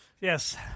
Yes